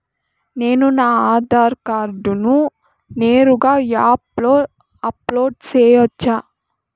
నేను నా ఆధార్ కార్డును నేరుగా యాప్ లో అప్లోడ్ సేయొచ్చా?